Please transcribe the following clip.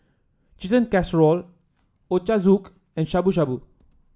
Chicken Casserole Ochazuke and Shabu Shabu